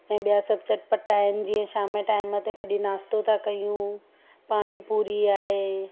ऐं ॿिया सभु चटपटा आहिनि जीअं शाम जे टाइम ते कॾहिं नाश्तो था कयूं पाणी पूरी आहे